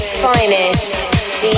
finest